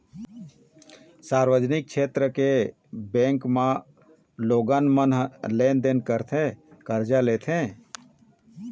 सार्वजनिक छेत्र के बेंक म लोगन मन लेन देन करथे, करजा लेथे